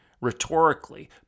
rhetorically